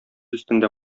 өстендә